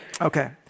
okay